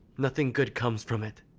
nothing good comes from it.